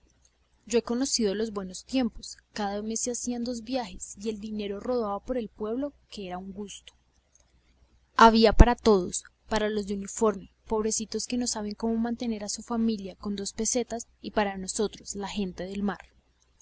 yo he conocido los buenos tiempos cada mes se hacían dos viajes y el dinero rodaba por el pueblo que era un gusto había para todos para los de uniforme pobrecitos que no saben cómo mantener su familia con dos pesetas y para nosotros la gente de mar